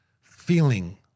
feeling